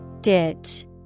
Ditch